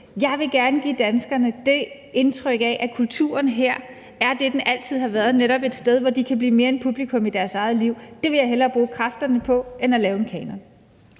Jeg vil gerne give danskerne det indtryk, at kulturen her er det, den altid har været, netop et sted, hvor de kan blive mere end publikum i deres eget liv. Det vil jeg hellere bruge kræfterne på end at lave en kanon.